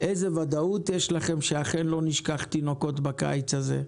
איזו ודאות יש לכם שאכן לא נשכח תינוקות ברכב בקיץ הזה?